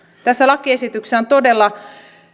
tässä lakiesityksessä on todella